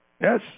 Yes